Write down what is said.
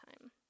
time